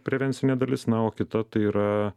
prevencinė dalis na o kita tai yra